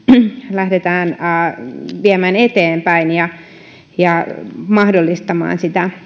lähdetään viemään eteenpäin ja miten lähdetään mahdollistamaan